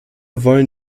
wollen